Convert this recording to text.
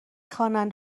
خوانند